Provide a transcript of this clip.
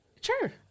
Sure